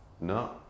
No